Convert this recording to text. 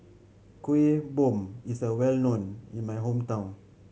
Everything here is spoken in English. Kueh Bom is a well known in my hometown